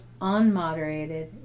unmoderated